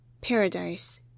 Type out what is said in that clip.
Paradise